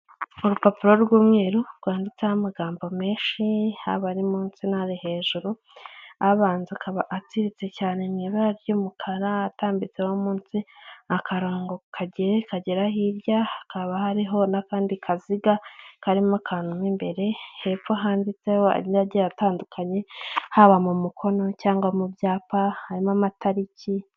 Urupapuro rw'umweru rwanditseho amagambo menshi, haba ari munsi no hejuru, abanza akaba atsiritse cyane mu ibara ry'umukara, atambitseho munsi akarongo kagiye kagera hirya, hakaba hariho n'akandi kaziga karimo akantu mo imbere, hepfo handitseho andi agiye atandukanye, haba mu mukono cyangwa mu byapa harimo amatariki.